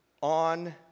on